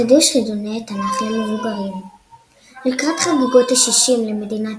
חידוש חידוני התנ"ך למבוגרים לקראת חגיגות ה-60 למדינת